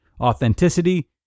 authenticity